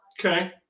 Okay